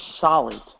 solid